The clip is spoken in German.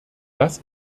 das